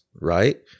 right